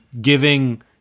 giving